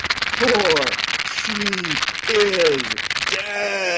for she is dead!